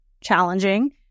challenging